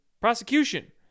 prosecution